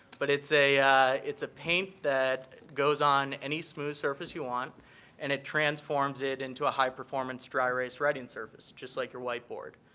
but it's a it's a paint that goes on any smooth surface you want and it transforms it into a high-performance dry erase writing surface, just like your white board.